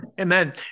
Amen